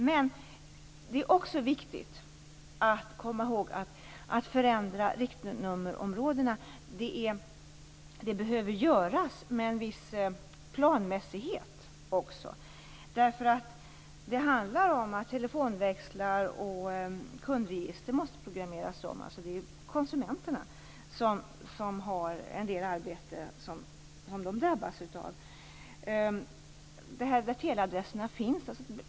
Men det är också viktigt att komma ihåg att en förändring av riktnummerområdena också behöver göras med en viss planmässighet. Det handlar om att telefonväxlar och kundregister måste programmeras om. Konsumenterna drabbas till viss del av arbetet.